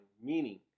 meaning